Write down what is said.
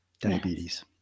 diabetes